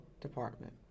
department